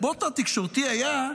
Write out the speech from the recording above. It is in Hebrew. המוטו התקשורתי היה: